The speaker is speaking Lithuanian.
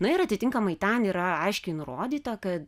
na ir atitinkamai ten yra aiškiai nurodyta kad